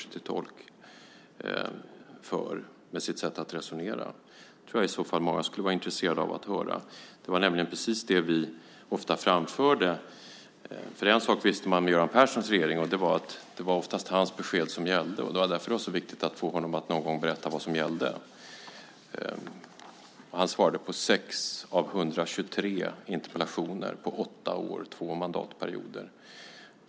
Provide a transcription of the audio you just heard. I så fall tror jag att många skulle vara intresserade av att få veta det. Det var nämligen precis det vi ofta framförde. En sak visste man med Göran Perssons regering och det var att det oftast var hans besked som gällde. Därför var det också viktigt att någon gång få honom att berätta vad som gällde. Han svarade på 6 av 123 interpellationer på åtta år, under två mandatperioder.